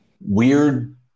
weird